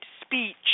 speech